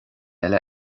eile